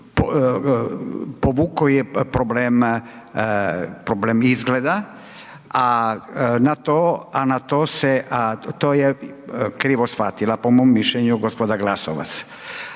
povukao je problem izgleda, a to je krivo shvatila po mom mišljenju gospođa Glasovac.